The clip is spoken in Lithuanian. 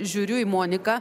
žiūriu į moniką